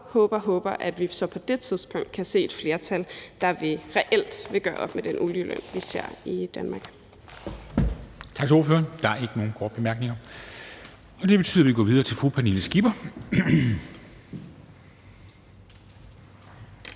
håber – at vi så på det tidspunkt kan se et flertal, der reelt vil gøre op med den uligeløn, vi ser i Danmark.